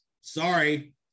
Sorry